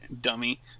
Dummy